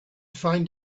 find